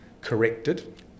corrected